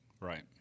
right